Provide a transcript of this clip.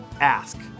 ask